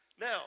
Now